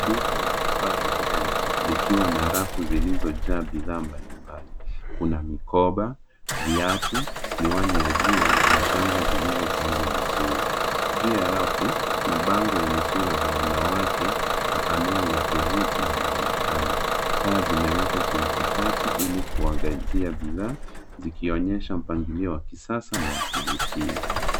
Duka la vifaa nya urembo liliwa na rafu zilozojaa bidhaa mbali mbali. Kuna mikoba, viatu, miwani ya jua na shanga zilizopangwa vizuri. Juu ya rafu, mabango ya picha za wanawake na anuai ya tofuti zinaonekana. Taa zimewekwa kimpakati ili kuangazia bidhaa zikionyesha mpangilio ya kisasa na wa kuvutia.